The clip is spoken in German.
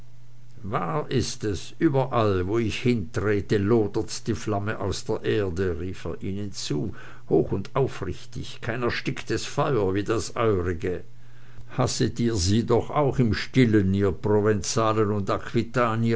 wahr ist es überall wo ich hintrete lodert die flamme aus der erde rief er ihnen zu hoch und aufrichtig kein ersticktes feuer wie das eurige hasset ihr sie doch auch im stillen ihr provenzalen und